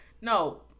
no